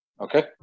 Okay